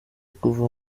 kuva